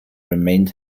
remained